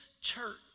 church